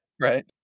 Right